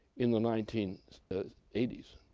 in the nineteen eighty s,